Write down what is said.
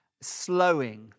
slowing